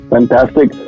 Fantastic